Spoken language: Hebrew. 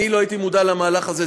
אני לא הייתי מודע למהלך הזה.